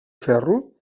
ferro